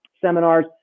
seminars